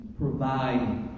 provide